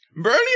Bernie